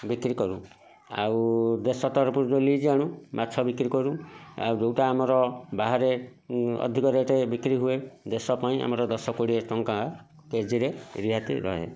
ବିକ୍ରୀ କରୁ ଆଉ ଦେଶ ତରଫରୁ ଯେଉଁ ଲିଜ ଆଣୁ ମାଛ ବିକ୍ରୀ କରୁ ଆଉ ଯେଉଁଟା ଆମର ବାହାରେ ଅଧିକ ରେଟ ବିକ୍ରୀ ହୁଏ ଦେଶପାଇଁ ଆମର ଦଶ କୋଡ଼ିଏ ଟଙ୍କା କେଜିରେ ରିହାତି ରହେ